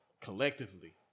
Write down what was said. collectively